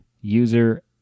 user